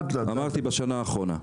דיברתי על השנה האחרונה.